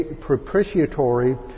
propitiatory